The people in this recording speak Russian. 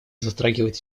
затрагивает